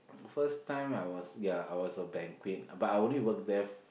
first time I was ya I was from banquet but I only work there